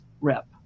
rep